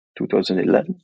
2011